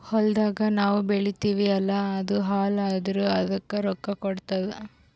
ಹೊಲ್ದಾಗ್ ನಾವ್ ಬೆಳಿತೀವಿ ಅಲ್ಲಾ ಅದು ಹಾಳ್ ಆದುರ್ ಅದಕ್ ರೊಕ್ಕಾ ಕೊಡ್ತುದ್